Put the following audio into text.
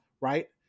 Right